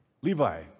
Levi